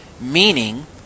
meaning